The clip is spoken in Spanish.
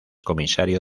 comisario